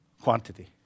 quantity